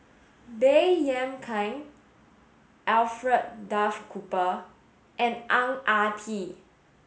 Baey Yam Keng Alfred Duff Cooper and Ang Ah Tee